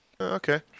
Okay